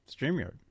StreamYard